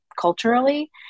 culturally